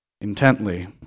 intently